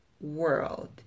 World